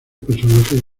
personajes